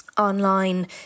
Online